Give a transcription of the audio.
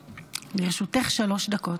לרשותך שלוש דקות.